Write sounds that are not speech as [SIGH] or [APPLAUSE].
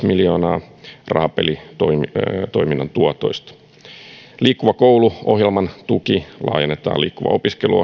[UNINTELLIGIBLE] miljoonaa rahapelitoiminnan tuotoista liikkuva koulu ohjelman tuki laajennetaan liikkuva opiskelu [UNINTELLIGIBLE]